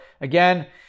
again